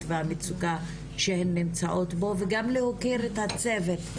והמצוקה שהן נמצאות בו וגם להוקיר את הצוות,